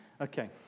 Okay